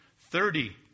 thirty